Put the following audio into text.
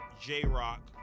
J-Rock